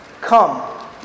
Come